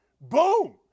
Boom